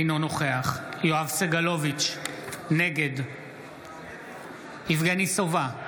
אינו נוכח יואב סגלוביץ' נגד יבגני סובה,